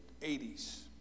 80s